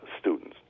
students